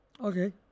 Okay